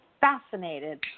fascinated